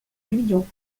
guyon